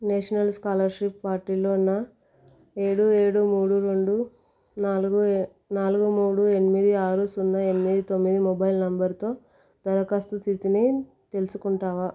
national scholarship పార్టీల్లో నా ఏడు ఏడు మూడు రెండు నాలుగు నాలుగు మూడు ఎనిమిది ఆరు సున్నా ఎనిమిది తొమ్మిది మొబైల్ నంబరుతో దరఖాస్తు స్థితిని తెలుసుకుంటావా